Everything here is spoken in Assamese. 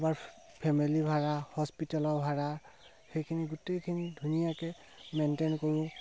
আমাৰ ফেমিলি ভাড়া হস্পিটেলৰ ভাড়া সেইখিনি গোটেইখিনি ধুনীয়াকৈ মেইনটেইন কৰোঁ